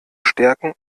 stärken